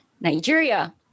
Nigeria